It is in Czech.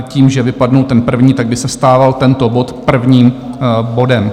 Tím, že vypadl ten první, tak by se stal tento bod prvním bodem.